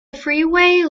freeway